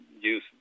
use